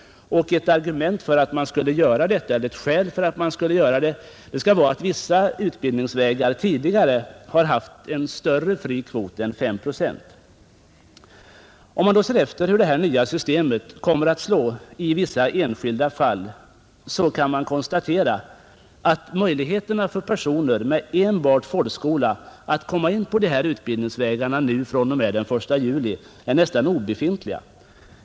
Ett skäl till detta kan bl.a. vara, att vissa utbildningsvägar tidigare haft en större fri kvot än 5 procent. Om man nu ser efter hur det här nya systemet kommer att slå i vissa enskilda fall, kan man konstatera att möjligheterna för personer med enbart folkskola att komma in på dessa utbildningsvägar fr.o.m. den 1 juli är nästan obefintliga.